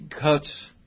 cuts